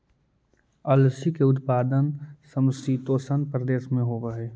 अलसी के उत्पादन समशीतोष्ण प्रदेश में होवऽ हई